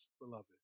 beloved